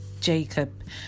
jacob